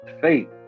Faith